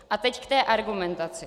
A teď k té argumentaci.